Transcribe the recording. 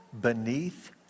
beneath